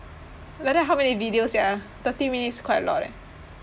like that how many videos sia thirty minutes quite a lot leh